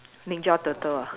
ninja turtle ah